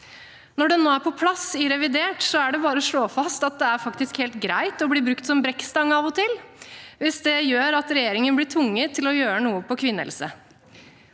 Når det nå er på plass i revidert, er det bare å slå fast at det faktisk er helt greit å bli brukt som brekkstang av og til, hvis det gjør at regjeringen blir tvunget til å gjøre noe på kvinnehelse.